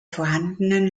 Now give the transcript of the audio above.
vorhandenen